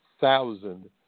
thousand